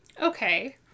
Okay